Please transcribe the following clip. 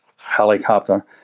helicopter